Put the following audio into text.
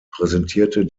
präsentierte